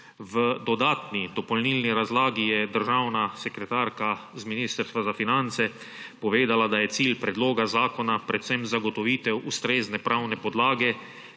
V dodatni dopolnilni razlagi je državna sekretarka iz Ministrstva za finance povedala, da je cilj predloga zakona predvsem zagotovitev ustrezne pravne podlage,